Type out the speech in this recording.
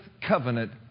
covenant